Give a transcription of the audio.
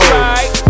right